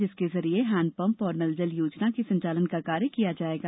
जिसके जरिए हेडपंप और नलजल योजना के संचालन का कार्य किया जायेगा